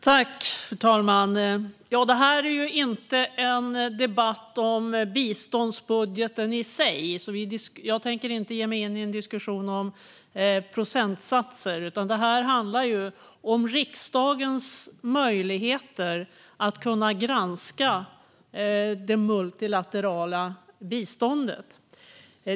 Fru talman! Detta är inte en debatt om biståndsbudgeten i sig, så jag tänker inte ge mig in i en diskussion om procentsatser, utan detta handlar om riksdagens möjligheter att granska det multilaterala biståndet.